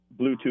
Bluetooth